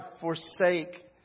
forsake